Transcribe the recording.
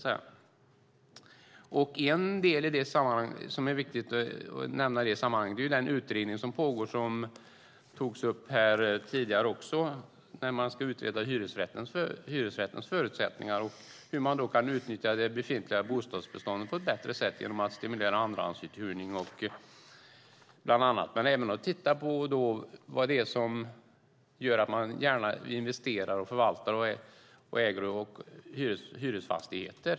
Något som är viktigt att nämna i det sammanhanget är den utredning som pågår och som togs upp tidigare. Där ska man utreda hyresrättens förutsättningar och hur man kan utnyttja det befintliga bostadsbeståndet på ett bättre sätt genom att bland annat stimulera andrahandsuthyrning men också genom att titta på vad som gör att man gärna investerar, förvaltar och äger hyresfastigheter.